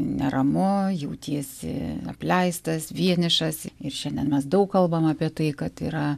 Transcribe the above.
neramu jautiesi apleistas vienišas ir šiandien mes daug kalbam apie tai kad yra